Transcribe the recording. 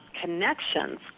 connections